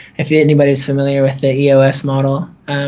if yeah anybody's similarly with the eos model.